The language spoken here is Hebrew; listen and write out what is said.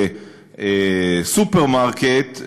סופרמרקט,